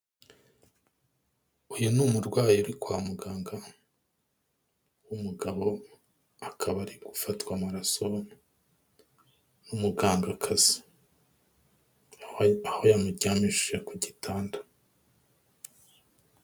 Uyu ni umurwayi uri kwa muganga w'umugabo, akaba ari gufatwa amaraso n'umugangakazi. Aho yamuryamishije ku gitanda.